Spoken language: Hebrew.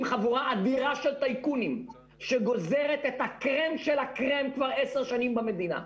חבורה אדירה של טייקונים שגוזרת את הקרם של קרם כבר עשר שנים במדינה.